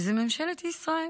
ממשלת ישראל.